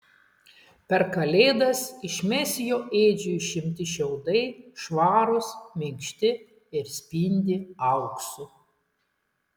per kalėdas iš mesijo ėdžių išimti šiaudai švarūs minkšti ir spindi auksu